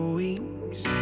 weeks